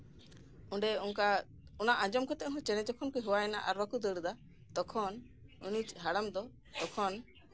ᱚᱱᱰᱮ ᱚᱱᱠᱟ ᱟᱸᱡᱚᱢ ᱠᱟᱛᱮᱜ ᱦᱚᱸ ᱪᱮᱸᱬᱮ ᱡᱚᱠᱷᱚᱱ ᱠᱚ ᱦᱮᱣᱟᱭᱮᱱᱟ ᱟᱨ ᱵᱟᱠᱚ ᱫᱟᱹᱲ ᱮᱫᱟ ᱛᱚᱠᱷᱚᱱ ᱩᱱᱤ ᱦᱟᱲᱟᱢ ᱫᱚ ᱛᱚᱠᱷᱚᱱ